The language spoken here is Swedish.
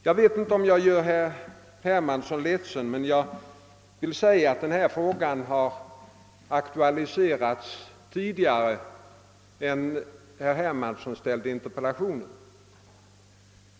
Jag vet inte om jag gör herr Hermansson ledsen, men jag vill påpeka att denna fråga aktualiserats redan innan herr Hermansson framställde sin interpellation.